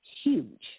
huge